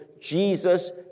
Jesus